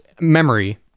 memory